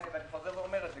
ואני חוזר ואומר את זה,